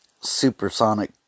supersonic